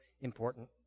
important